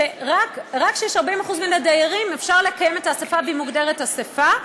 רק כשיש 40% מן הדיירים אפשר לקיים את האספה והיא מוגדרת אספה.